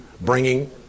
bringing